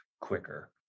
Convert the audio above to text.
quicker